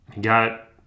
got